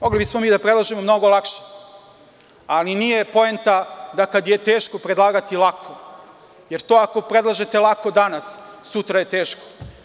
Mogli bismo mi da predlažemo mnogo lakše, ali nije poenta da kada je teško predlagati lako, jer to ako predlažete lako danas sutra je teško.